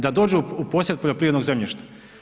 Da dođu u posjed poljoprivrednog zemljišta.